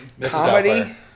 comedy